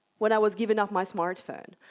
when i was giving up my smartphone,